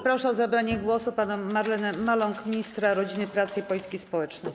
Proszę o zabranie głosu panią Marlenę Maląg, ministra rodziny, pracy i polityki społecznej.